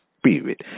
Spirit